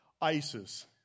Isis